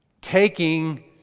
Taking